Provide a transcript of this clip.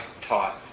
taught